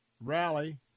rally